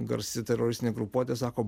garsi teroristinė grupuotė sako